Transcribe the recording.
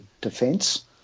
defence